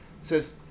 says